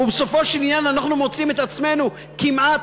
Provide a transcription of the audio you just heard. ובסופו של עניין אנחנו מוצאים את עצמנו כמעט